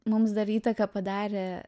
mums dar įtaką padarė